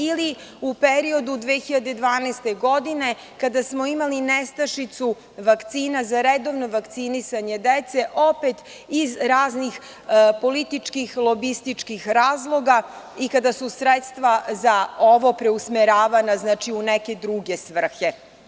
Ili, u periodu 2012. godine kada smo imali nestašicu vakcina za redovno vakcinisanje dece, opet iz raznih političkih, lobističkih razloga i kada su sredstva za ovo preusmeravana za neke druge svrhe.